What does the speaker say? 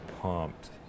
pumped